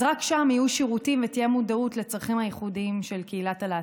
אז רק שם יהיו שירותים ותהיה מודעות לצרכים הייחודיים של קהילת הלהט"ב.